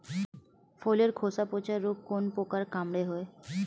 ফলের খোসা পচা রোগ কোন পোকার কামড়ে হয়?